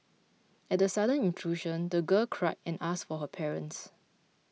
at the sudden intrusion the girl cried and asked for her parents